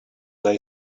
lay